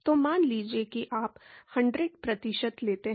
तो मान लीजिए कि आप 100 प्रतिशत लेते हैं